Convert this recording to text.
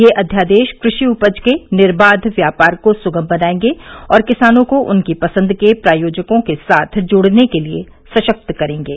ये अध्यादेश कृषि उपज के निर्बाध व्यापार को सुगम बनायेंगे और किसानों को उनकी पसंद के प्रायेाजकों के साथ जुड़ने के लिये सशक्त करेंगे